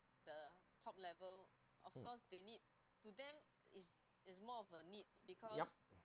mm yup